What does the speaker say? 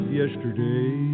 yesterday